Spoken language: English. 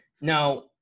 Now